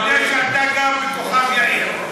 אני יודע שאתה גר בכוכב יאיר,